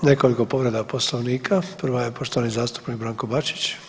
Imamo nekoliko povreda Poslovnika, prva je poštovani zastupnik Branko Bačić.